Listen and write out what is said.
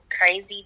crazy